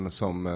som